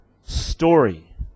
story